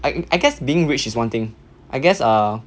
I I guess being rich is one thing I guess err